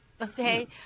Okay